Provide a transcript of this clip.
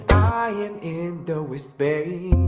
i am in the west bank,